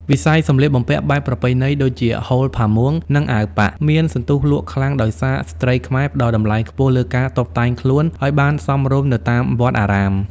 វិស័យសម្លៀកបំពាក់បែបប្រពៃណី ដូចជាហូល ផាមួង និងអាវប៉ាក់ មានសន្ទុះលក់ខ្លាំងដោយសារស្ត្រីខ្មែរផ្តល់តម្លៃខ្ពស់លើការតុបតែងខ្លួនឱ្យបានសមរម្យនៅតាមវត្តអារាម។